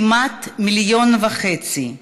כמעט מיליון וחצי,